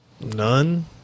none